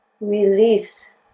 release